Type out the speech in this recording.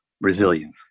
resilience